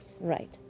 Right